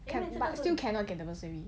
but still cannot get the bursary